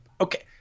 Okay